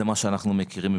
זה מה שאנחנו מכירים,